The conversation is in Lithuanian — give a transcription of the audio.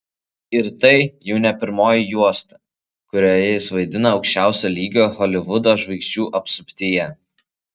ir tai jau ne pirmoji juosta kurioje jis vaidino aukščiausio lygio holivudo žvaigždžių apsuptyje